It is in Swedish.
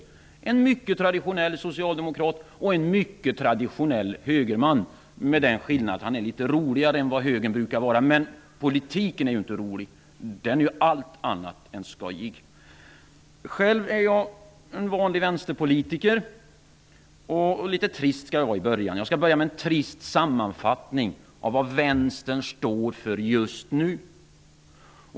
Det var en mycket traditionell socialdemokrat och en mycket traditionell högerman, med den skillnaden att han är litet roligare än högerpolitikerna brukar var. Politiken är dock inte rolig. Den är allt annat än skojig. Själv är jag en vanlig vänsterpolitiker. Jag skall vara litet trist i början; jag skall inleda med en sammanfattning av vad Vänstern står för just nu.